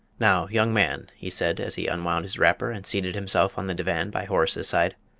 now, young man, he said, as he unwound his wrapper and seated himself on the divan by horace's side,